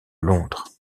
londres